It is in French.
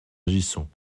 agissons